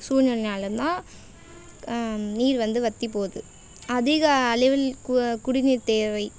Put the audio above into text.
சூழல்னால் தான் நீர் வந்து வற்றி போகுது அதிக அளவில் கு குடிநீர் தேவை